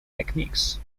techniques